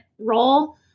role